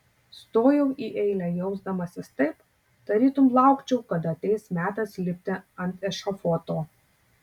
stojau į eilę jausdamasis taip tarytum laukčiau kada ateis metas lipti ant ešafoto